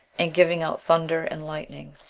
and giving out thunder and lightning.